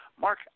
Mark